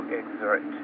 exert